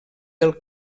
del